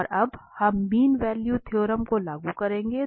और अब हम मीन वैल्यू थ्योरम को लागू करेंगे